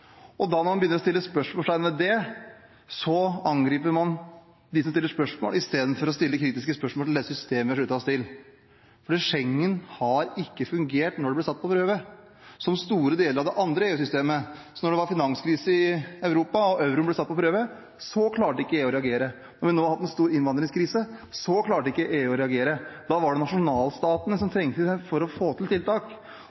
fiasko. Da Schengen ble satt på prøve, klarte man ikke å fange opp de problemene som var der. Når det var en krise, var det ikke robust nok. Og når man begynner å sette spørsmålstegn ved det, angriper man dem som stiller spørsmål, istedenfor å stille kritiske spørsmål med hensyn til det systemet vi har sluttet oss til. For Schengen har ikke fungert når det ble satt på prøve, som store deler av det andre EU-systemet. Da det var finanskrise i Europa, og euroen ble satt på prøve, klarte ikke EU å reagere. Når vi nå